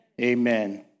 Amen